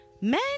men